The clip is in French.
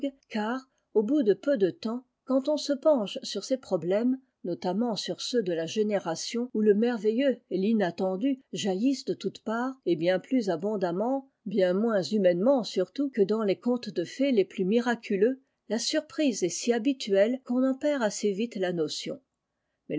car au bout de peu de temps quand on se penche sur ces problèmes notamment sur ceux de la génération où le merveilleux et l'inattendu jaillissent de toutes parts et bien plus abondamment bien moins humainement surtout que dans les contes de fées les plus miraculeux la surprise est si habituelle qu'on en perd assez vite la notion